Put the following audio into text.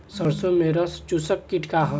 सरसो में रस चुसक किट का ह?